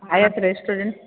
आयक रेस्टोरंट